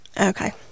Okay